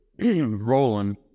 Roland